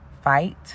fight